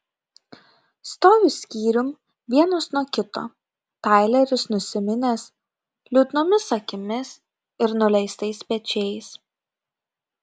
stovi skyrium vienas nuo kito taileris nusiminęs liūdnomis akimis ir nuleistais pečiais